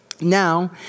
Now